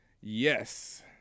yes